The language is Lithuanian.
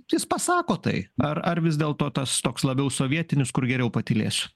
jis pasako tai ar ar vis dėlto tas toks labiau sovietinis kur geriau patylėsiu